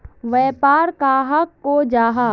व्यापार कहाक को जाहा?